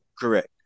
Correct